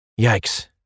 Yikes